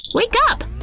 wake up!